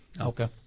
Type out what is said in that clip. Okay